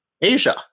asia